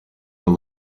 were